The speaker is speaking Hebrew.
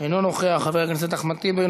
חבר הכנסת אחמד טיבי,